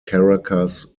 caracas